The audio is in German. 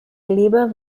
lieber